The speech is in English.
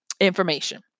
information